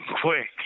quick